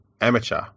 amateur